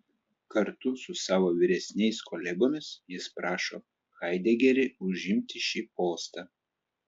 kartu su savo vyresniais kolegomis jis prašo haidegerį užimti šį postą